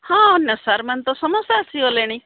ହଁ ସାର୍ମାନେ ତ ସମସ୍ତେ ଆସିଗଲେଣି